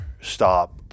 stop